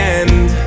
end